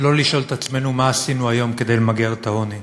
לא לשאול את עצמנו מה עשינו היום כדי למגר את העוני.